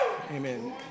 Amen